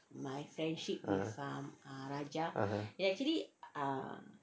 (uh huh) (uh huh)